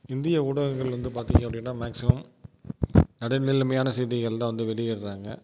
இந்திய ஊடகங்கள் வந்து பார்த்திங்க அப்படினா மேக்சிமம் நடுநிலமையான செய்திகள் தான் வந்து வெளியிடுறாங்க